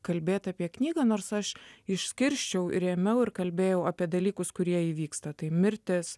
kalbėt apie knygą nors aš išskirsčiau ir ėmiau ir kalbėjau apie dalykus kurie įvyksta tai mirtis